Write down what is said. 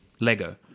Lego